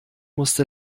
musste